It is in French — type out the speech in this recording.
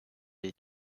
des